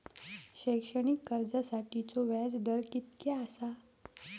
शैक्षणिक कर्जासाठीचो व्याज दर कितक्या आसा?